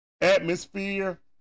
atmosphere